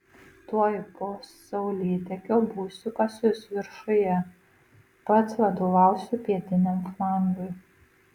tuoj po saulėtekio būsiu pas jus viršuje pats vadovausiu pietiniam flangui